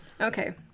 okay